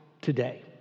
today